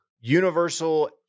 universal